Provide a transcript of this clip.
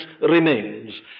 remains